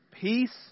peace